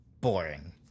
boring